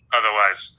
otherwise